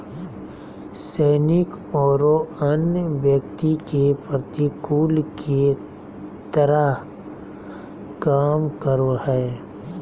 सैनिक औरो अन्य व्यक्ति के प्रतिकूल के तरह काम करो हइ